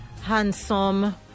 handsome